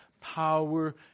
power